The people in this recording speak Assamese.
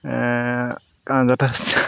কাৰণ যথেষ্ট